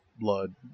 blood